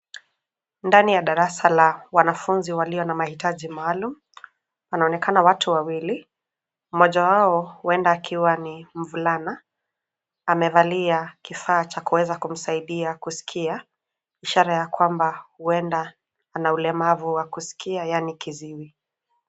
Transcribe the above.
Ndani ya darasa la wanafunzi walio mahitaji maalum. Wanaonekana watu wawili, mmoja wao huenda akiwa ni mvulana, amevalia kifaa cha kuweza kumsaidia kuskia, ishara ya kwamba huenda ana ulemavu wa kuskia yaani kiziwi.